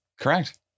Correct